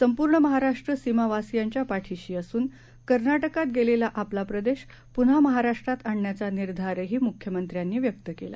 संपूर्ण महाराष्ट्र सीमावासियांच्या पाठिशी असून कर्नाटकात गेलेला आपला प्रदेश पुन्हा महाराष्ट्रात आणण्याचा निर्धारही मुख्यमंत्र्यांनी व्यक्त केला